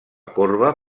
corba